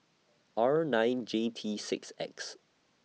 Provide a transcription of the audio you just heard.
R nine J T six X